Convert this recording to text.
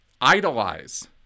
idolize